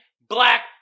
black